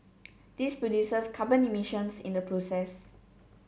this produces carbon emissions in the process